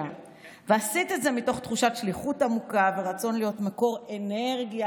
ועשית את זה מתוך תחושת שליחות עמוקה ורצון להיות מקור אנרגיה,